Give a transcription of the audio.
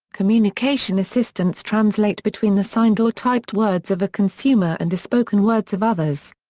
communication assistants translate between the signed or typed words of a consumer and the spoken words of others.